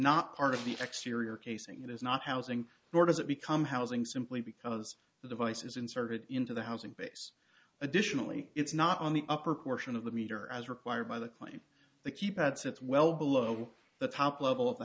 not part of the exterior casing it is not housing nor does it become housing simply because the device is inserted into the housing base additionally it's not on the upper portion of the meter as required by the line the keypad sits well below the top level of the